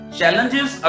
challenges